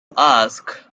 ask